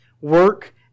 Work